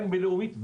הן בלאומית,